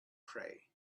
pray